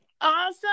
Awesome